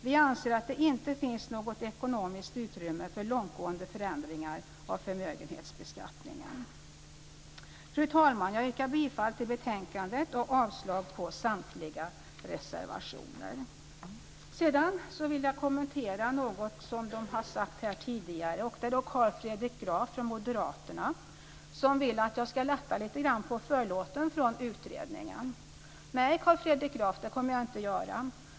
Vi anser att det inte finns något ekonomiskt utrymme för långtgående förändringar av förmögenhetsbeskattningen. Fru talman! Jag yrkar bifall till utskottets hemställan och avslag på samtliga reservationer. Sedan vill jag kommentera något av det som har sagts här tidigare. Carl Fredrik Graf från Moderaterna vill att jag ska lätta lite grann på förlåten från utredningen. Nej, det kommer jag inte att göra.